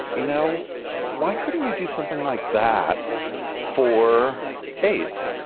you know why couldn't we do something like that for aids?